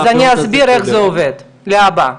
אז אני אסביר איך זה עובד, להבא.